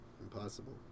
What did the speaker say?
Impossible